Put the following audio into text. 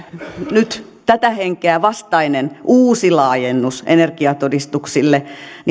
nyt tämän hengen vastainen uusi laajennus energiatodistuksille